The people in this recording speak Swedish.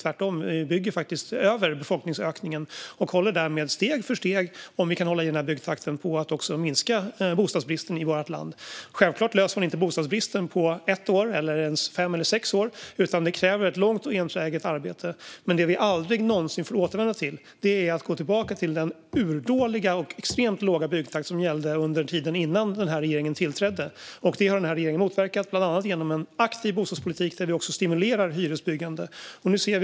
Vi bygger tvärtom över befolkningsökningen och håller därmed steg för steg, om vi kan hålla i den här byggtakten, på att minska bostadsbristen i vårt land. Självklart löser man inte bostadsbristen på ett år eller ens fem eller sex år, utan det kräver ett långt och enträget arbete. Det vi aldrig någonsin får återvända till är den urdåliga och extremt låga byggtakt som gällde under tiden innan regeringen tillträdde. Detta har denna regering motverkat genom bland annat en aktiv bostadspolitik där vi också stimulerar byggande av hyresrätter.